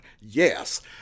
yes